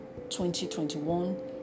2021